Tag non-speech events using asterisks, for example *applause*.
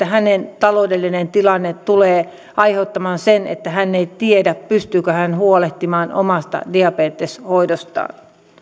*unintelligible* hänen taloudellinen tilanteensa tulee aiheuttamaan sen että hän ei tiedä pystyykö hän huolehtimaan omasta diabeteshoidostaan